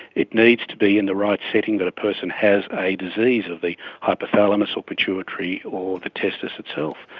it needs to be in the right setting, that a person has a disease of the hypothalamus or pituitary or the testes itself.